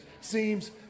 seems